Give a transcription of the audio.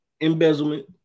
embezzlement